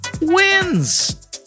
wins